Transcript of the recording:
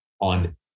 on